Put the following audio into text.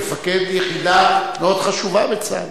מפקד יחידה מאוד חשובה בצה"ל.